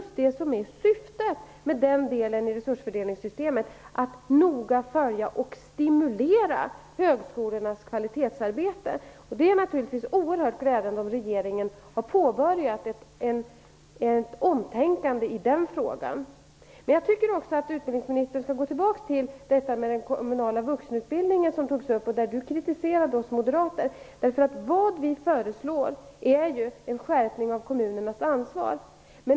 Syftet med den delen i resurstilldelningssystemet är att noga följa och stimulera högskolornas kvalitetsarbete. Det är oerhört glädjande om regeringen har påbörjat ett omtänkande i den frågan. Jag tycker också att utbildningsministern skall gå tillbaka till detta med den kommunala vuxenutbildningen, där han kritiserade oss moderater. Vad vi föreslår är en skärpning av kommunernas ansvar.